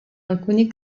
alcuni